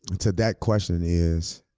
to that question is,